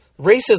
racism